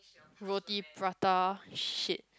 roti-prata shit